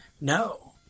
no